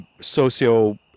socio